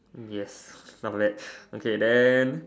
yes not bad okay then